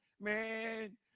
man